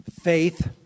faith